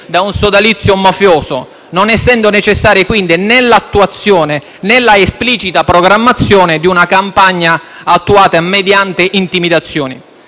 da un sodalizio mafioso, non essendo necessarie quindi né l'attuazione né la esplicita programmazione di una campagna attuata mediante intimidazioni.